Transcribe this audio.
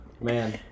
Man